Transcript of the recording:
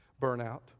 Burnout